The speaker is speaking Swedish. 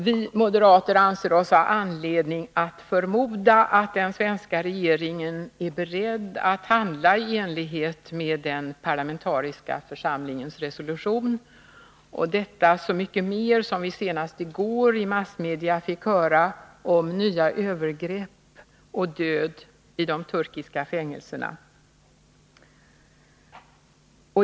Vi moderater anser oss ha anledning att förmoda att den svenska regeringen är beredd att handla i enlighet med den parlamentariska församlingens resolution, så mycket mer som vi senast i går i massmedia fick höra om nya övergrepp och död i de turkiska fängelserna.